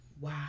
wow